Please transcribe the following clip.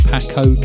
Paco